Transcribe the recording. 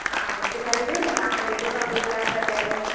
हा घटि करे ॾियो न तव्हां त हेॾो था ॿुधायो पिया पहिरियों ई